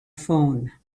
phone